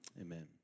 amen